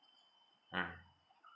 ah